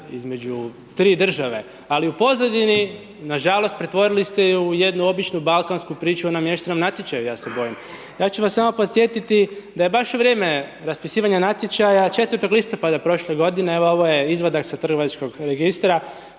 između tri države, ali u pozadini, nažalost, pretvorili ste ju u jednu običnu balkansku priču o namještenom natječaju ja se bojim. Ja ću vas samo podsjetiti, da je baš u vrijeme raspisivanja natječaja 4. listopada prošle godine, evo ovo je izvadak sa trgovačkog registra